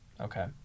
Okay